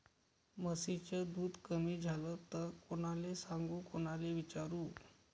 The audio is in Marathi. म्हशीचं दूध कमी झालं त कोनाले सांगू कोनाले विचारू?